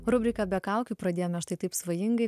rubriką be kaukių pradėjome štai taip svajingai